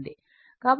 కాబట్టి అందుకే 7